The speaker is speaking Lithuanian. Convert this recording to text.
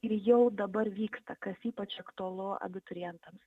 ir jau dabar vyksta kas ypač aktualu abiturientams